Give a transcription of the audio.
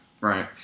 right